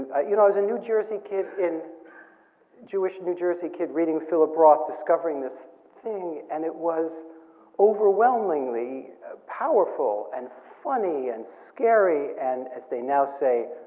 you know i was a new jersey kid, jewish new jersey kid reading philip roth, discovering this thing, and it was overwhelmingly powerful and funny and scary, and as they now say,